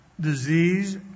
disease